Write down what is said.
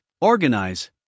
organize